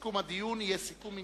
שסיכום הדיון יהיה סיכום ענייני,